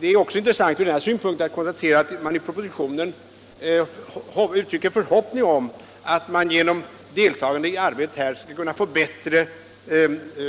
Ur dessa synpunkter är det intressant att konstatera att propositionen uttrycker förhoppning om att man genom deltagande i detta arbete skall kunna erhålla bättre